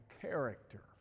character